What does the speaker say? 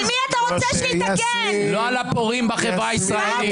לא על הפורעים בחברה הישראלית.